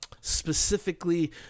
specifically